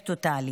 יש הרג טוטלי.